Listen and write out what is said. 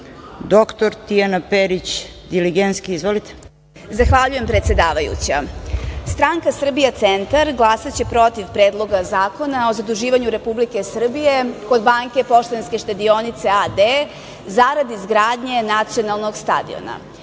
**Tijana Perić Diligenski** Zahvaljujem, predsedavajuća. Stranka Srbija centar glasaće protiv Predloga zakona o zaduživanju Republike Srbije kod Banke Poštanske štedionice a.d. zarad izgradnje Nacionalnog stadiona. Ukoliko